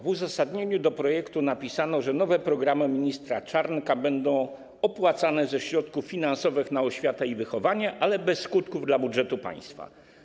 W uzasadnieniu projektu napisano, że nowe programy ministra Czarnka będą opłacane ze środków finansowych na oświatę i wychowanie, ale bez skutków dla budżetu państwa.